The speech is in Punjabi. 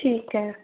ਠੀਕ ਹੈ